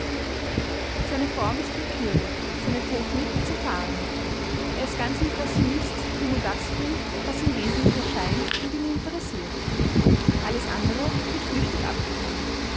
seine form ist willkürlich seine technik zerfahren er ist ganz impressionist der nur das bringt ihm wesentlich erscheint und ihn interessiert alles andere wird flüchtig abgetan